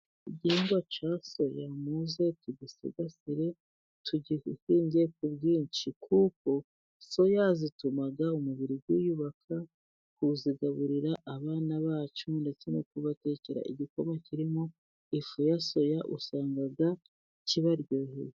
igihingwa cya soya, muze tugisigasire tugihinge ku bwinshi, kuko soya zituma umubiri wiyubaka, kuzigaburira abana bacu, ndetse no kubatekera igikoma kirimo ifu ya soya, usanga kibaryoheye.